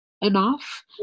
enough